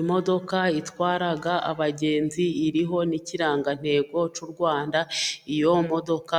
Imodoka itwara abagenzi iriho n'ikirangantego cy'u Rwanda, iyo modoka